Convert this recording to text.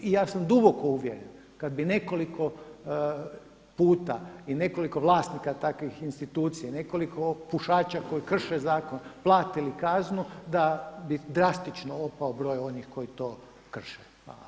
I ja sam duboko uvjeren kada bi nekoliko puta i nekoliko vlasnika takvih institucija i nekoliko pušaća koji krše zakon platili kaznu da bi drastično opao broj onih koji to krše.